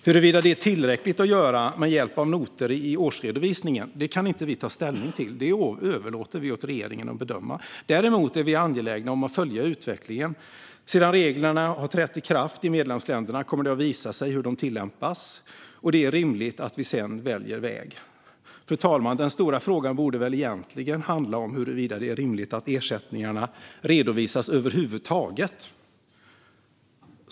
Huruvida det är tillräckligt att göra det med hjälp av noter i årsredovisningen kan vi inte ta ställning till. Det överlåter vi åt regeringen att bedöma. Däremot är vi angelägna om att följa utvecklingen. När reglerna har trätt i kraft i medlemsländerna kommer det att visa sig hur de tillämpas. Det är rimligt att vi sedan väljer väg. Fru talman! Den stora frågan borde väl egentligen handla om huruvida det är rimligt att ersättningarna redovisas över huvud taget.